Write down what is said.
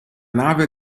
nave